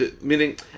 Meaning